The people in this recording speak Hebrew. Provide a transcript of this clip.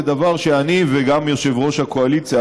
זה דבר שאני וגם יושב-ראש הקואליציה,